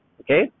okay